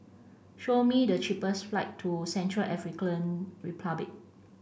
show me the cheapest flight to Central African Republic